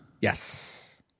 Yes